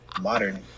modern